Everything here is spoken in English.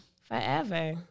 forever